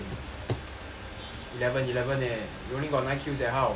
eleven eleven eh you only got nine kills eh how